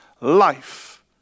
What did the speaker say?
life